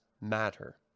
matter